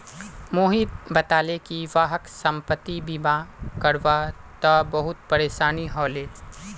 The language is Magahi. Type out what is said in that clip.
मोहित बताले कि वहाक संपति बीमा करवा त बहुत परेशानी ह ले